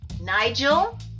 Nigel